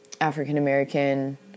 African-American